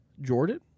Jordan